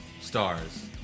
stars